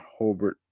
Holbert